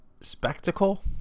spectacle